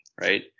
right